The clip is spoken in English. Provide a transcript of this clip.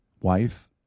Wife